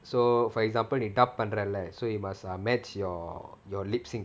so for example they dub பண்றேல:pandrela so you must err match your your lip sync